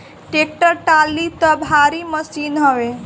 tractor trolley तअ भारी मशीन हवे